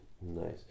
nice